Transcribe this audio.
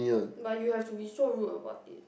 but you have to be so rude about it